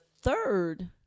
third